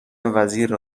وزیر